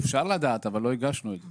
אפשר לדעת, אבל לא הגשנו את זה.